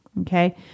Okay